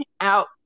out